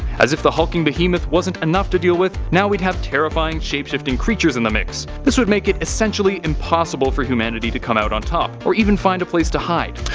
as if the hulking behemoth wasn't enough to deal with, now we'd have terrifying shapeshifting creatures in the mix. this would make it essentially impossible for humanity to come out on top, or even find a place to hide,